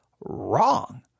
wrong